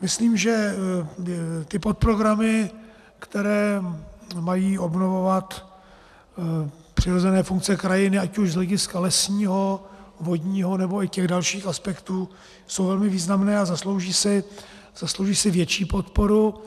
Myslím, že ty podprogramy, které mají obnovovat přirozené funkce krajiny, ať už z hlediska lesního, vodního nebo i dalších aspektů, jsou velmi významné a zaslouží si větší podporu.